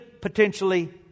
potentially